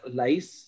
lies